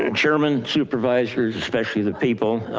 and chairman supervisors, especially the people,